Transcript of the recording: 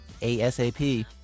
ASAP